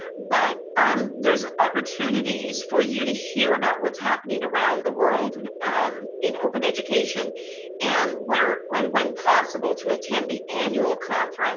but there's opportunities for you to hear about what's happening around the world and um in open education and when when possible to attend the annual conference